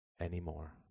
anymore